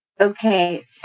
Okay